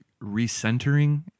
recentering